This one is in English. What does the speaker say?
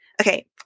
Okay